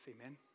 Amen